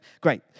Great